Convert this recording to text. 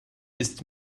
ist